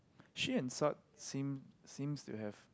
she and Sat seem seems to have